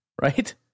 right